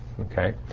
Okay